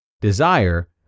desire